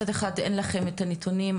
מצד אחד אין לכם את הנתונים,